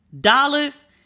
dollars